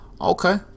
okay